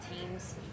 team's